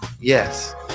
Yes